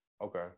Okay